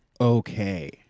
okay